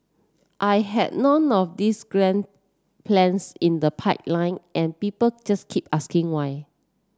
I had none of this grand plans in the pipeline and people just keep asking why